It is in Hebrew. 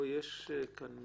יש כאן